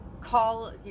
call